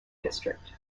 district